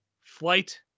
flight